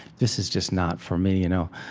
this is just not for me. you know